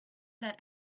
that